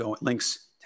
Links